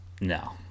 No